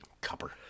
Copper